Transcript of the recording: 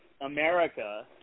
America –